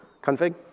config